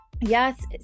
yes